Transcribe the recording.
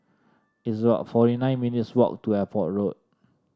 it's about forty nine minutes' walk to Airport Road